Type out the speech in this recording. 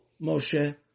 Moshe